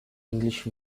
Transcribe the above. english